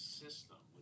system